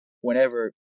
whenever